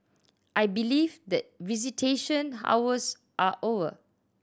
I believe that visitation hours are over